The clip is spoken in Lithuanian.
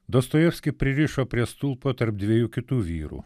dostojevskį pririšo prie stulpo tarp dviejų kitų vyrų